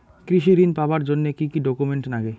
কৃষি ঋণ পাবার জন্যে কি কি ডকুমেন্ট নাগে?